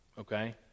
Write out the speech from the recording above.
Okay